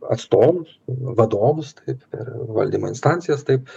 atstovus vadovus taip per valdymo instancijas taip